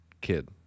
kid